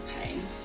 pain